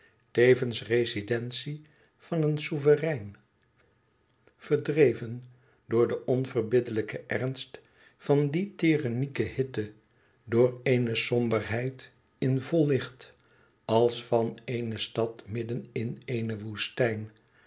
tevens rezidentie van een souverein verdreven door den onverbiddelijken ernst van die tyrannieke hette door eene somberheid in vol licht als van eene stad midden in eene woestijn